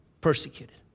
persecuted